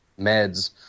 meds